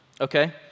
okay